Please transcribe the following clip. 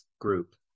group